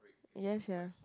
yes sia